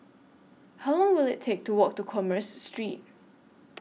How Long Will IT Take to Walk to Commerce Street